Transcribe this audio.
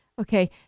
Okay